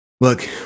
look